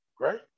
right